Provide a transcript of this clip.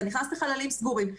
אתה נכנס לחללים סגורים.